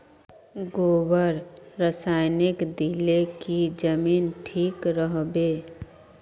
गोबर रासायनिक दिले की जमीन ठिक रोहबे?